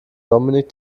dominik